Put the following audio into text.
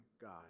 god